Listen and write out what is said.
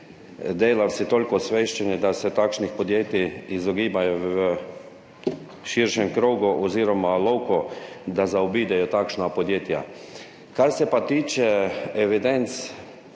delavci toliko osveščeni, da se takšnih podjetij izogibajo v širšem loku, da zaobidejo takšna podjetja. Kar se pa tiče evidenc,